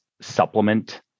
supplement